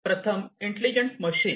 प्रथम intelligent machine